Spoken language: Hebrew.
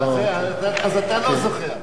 אז אתה לא זוכר.